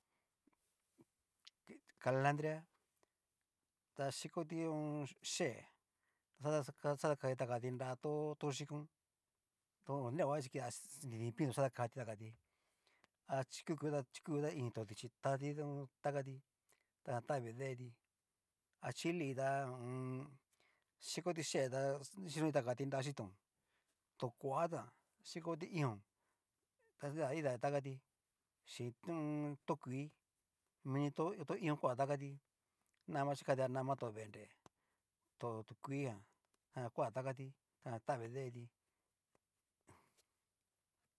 Kalandria ta chikoti ho o on. yee tada xakatati takati nra to yikón to ho neoña chi kida nridi pino pino xatacati a chikuku da chikuku da ini to dichí tanti takati, tan tavii deti ha chili ta hu u un. chikoti ti yee tá chinoti takati nra yitón to kua tán chikoti ion, ta kidati takati chi ho o on. to kui'í mini to ion kua takati, nama chikatia nama tó vendre to ti kui'í jan, jan koa takati, jan tavi deeti.